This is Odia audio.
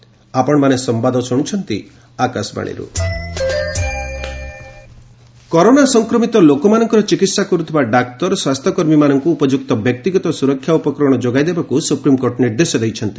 ସୁପ୍ରିମ୍କୋର୍ଟ କରୋନା ସଂକ୍ରମିତ ଲୋକମାନଙ୍କର ଚିକିତ୍ସା କରୁଥିବା ଡାକ୍ତର ସ୍ୱାସ୍ଥ୍ୟ କର୍ମୀମାନଙ୍କୁ ଉପଯୁକ୍ତ ବ୍ୟକ୍ତିଗତ ସୁରକ୍ଷା ଉପକରଣ ଯୋଗାଇ ଦେବାକୁ ସୁପ୍ରିମ୍କୋର୍ଟ ନିର୍ଦ୍ଦେଶ ଦେଇଛନ୍ତି